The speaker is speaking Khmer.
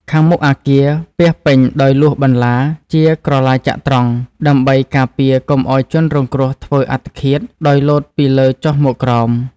ខាងមុខអគារពាសពេញដោយលួសបន្លាជាក្រឡាចក្រត្រង្គ ដេីម្បីការពារកុំអោយជនរងគ្រោះធ្វើអត្តឃាតដោយលោតពីលើចុះមកក្រោម។